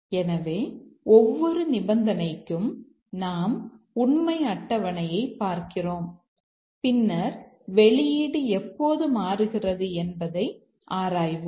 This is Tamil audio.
எனவே ஒவ்வொரு நிபந்தனைக்கும் நாம் உண்மை அட்டவணையைப் பார்க்கிறோம் பின்னர் வெளியீடு எப்போது மாறுகிறது என்பதை ஆராய்வோம்